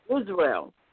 Israel